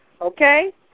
okay